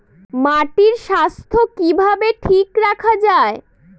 মাটির স্বাস্থ্য কিভাবে ঠিক রাখা যায়?